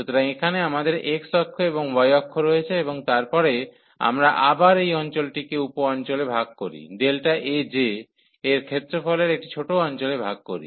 সুতরাং এখানে আমাদের x অক্ষ এবং y অক্ষ রয়েছে এবং তারপরে আমরা আবার এই অঞ্চলটিকে উপ অঞ্চলে ভাগ করি Aj এর ক্ষেত্রফলের একটি ছোট অঞ্চলে ভাগ করি